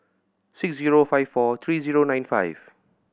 six zero five four three zero nine five